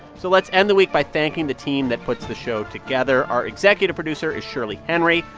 so let's end the week by thanking the team that puts the show together. our executive producer is shirley henry.